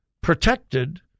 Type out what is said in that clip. protected